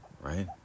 Right